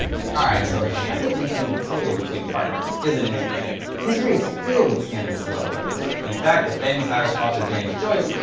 ah so the sharing of intimate material between partners isn't anything new. history is filled with scandalous love letters. in fact, the famous irish author james joyce,